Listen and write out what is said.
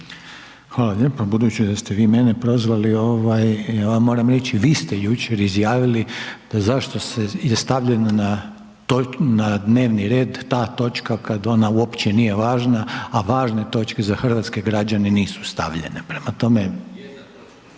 Hvala lijepo. Budući da ste vi mene prozvali ovaj ja vam moram reći vi ste jučer izjavili da zašto je stavljen na dnevni red ta točka kad ona uopće nije važna, a važne točke za hrvatske građane nisu stavljene.